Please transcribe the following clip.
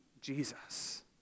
Jesus